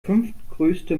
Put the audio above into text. fünftgrößte